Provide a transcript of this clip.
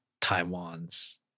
Taiwan's